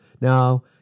now